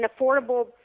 affordable